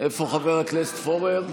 איפה חבר הכנסת פורר,